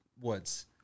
woods